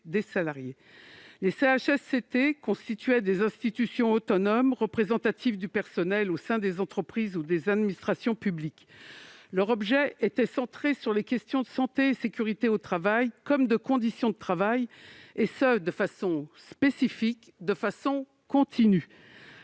cette opinion. Les CHSCT constituaient des institutions autonomes représentatives du personnel au sein des entreprises ou des administrations publiques. Leur objet était centré sur les questions de santé et de sécurité au travail, comme des conditions de travail, de façon spécifique et continue.